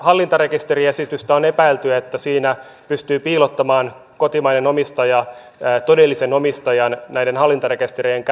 hallintarekisteriesitystä on epäilty siitä että siinä pystyy piilottamaan kotimaisen omistajan todellisen omistajan näiden hallintarekistereiden kätköön